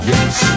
Yes